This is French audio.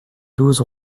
douze